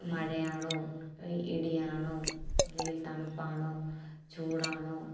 മഴയാണോ ഇടിയാണോ അല്ലെങ്കിൽ തണുപ്പാണോ ചൂടാണോ